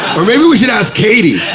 but maybe we should ask katie.